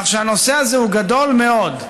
הנושא הזה הוא גדול מאוד,